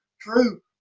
true